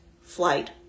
flight